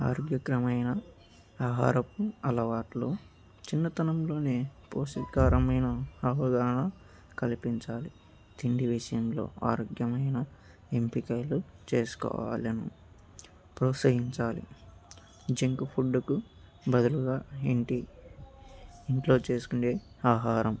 ఆరోగ్యకరమైన ఆహారపు అలవాట్లు చిన్నతనంలో పోషకాహారమైన అవగాహన కల్పించాలి తిండి విషయంలో ఆరోగ్యమైన ఎంపికలు చేసుకోవాలి ప్రోత్సహించాలి జంక్ ఫుడ్కు బదులుగా ఇంటి ఇంట్లో చేసుకునేే ఆహారం